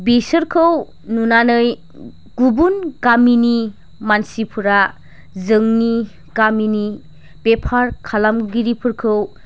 बिसोरखौ नुनानै गुबुन गामिनि मानसिफोरा जोंनि गामिनि बेफार खालामगिरिफोरखौ